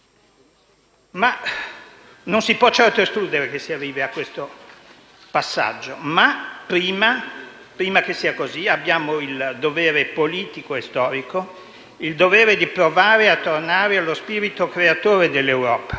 Non si può certo escludere che si arrivi a questo passaggio, ma, prima che sia così, abbiamo un dovere politico e storico, il dovere di provare a tornare allo spirito creatore dell'Europa,